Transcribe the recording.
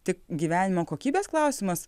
tik gyvenimo kokybės klausimas